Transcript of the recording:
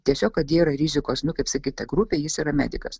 tiesiog kad jie yra rizikos nu kaip sakyt ta grupė jis yra medikas